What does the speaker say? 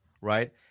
right